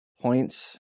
points